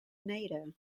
nader